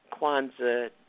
Kwanzaa